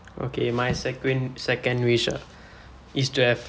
okay my second second wish ah is to have